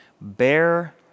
Bear